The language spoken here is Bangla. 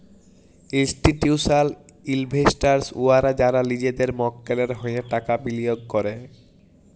ইল্স্টিটিউসলাল ইলভেস্টার্স উয়ারা যারা লিজেদের মক্কেলের হঁয়ে টাকা বিলিয়গ ক্যরে